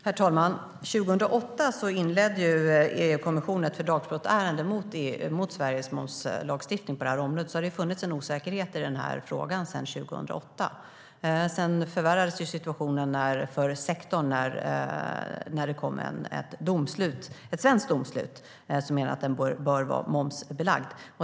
Herr talman! År 2008 inledde EU-kommissionen ett fördragsbrottsärende mot Sveriges momslagstiftning på detta område. Det har funnits en osäkerhet i frågan sedan 2008. Situationen för sektorn förvärrades när det kom ett svenskt domslut som menade att den bör vara momsbelagd.